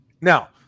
Now